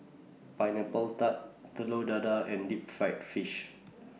Pineapple Tart Telur Dadah and Deep Fried Fish